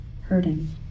hurting